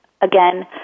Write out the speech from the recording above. again